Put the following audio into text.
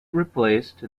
replaced